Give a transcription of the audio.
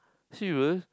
serious